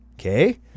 Okay